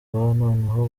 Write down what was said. noneho